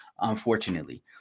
unfortunately